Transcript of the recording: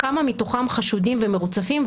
כמה מתוכם חשודים ומרוצפים,